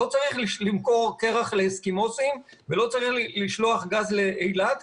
לא צריך למכור קרח לאסקימוסים ולא צריך לשלוח גז לאילת,